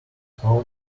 pal